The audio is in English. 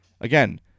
again